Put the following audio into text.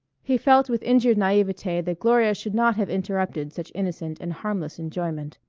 he felt with injured naivete that gloria should not have interrupted such innocent and harmless enjoyment.